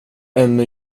ännu